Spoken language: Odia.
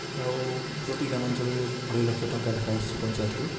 ଆଉ ପ୍ରତି ଗ୍ରାମାଞ୍ଚଳରେ ଅଢ଼େଇ ଲକ୍ଷ ଟଙ୍କା ଲେଖାଁ ଆସିଛି ପଞ୍ଚାୟତକୁ